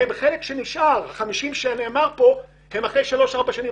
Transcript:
הם חלק שנשאר אבל אחרי שלוש ארבע שנים